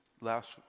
last